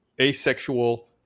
asexual